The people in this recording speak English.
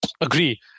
Agree